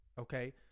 okay